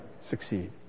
succeed